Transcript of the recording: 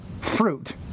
fruit